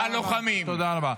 תודה רבה.